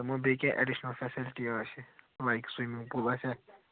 دوٚپمو بیٚیہِ کیٛاہ اٮ۪ڈِشَنل فیسَلٹی آسہِ لایک سِومِنٛگ پوٗل آسیٛا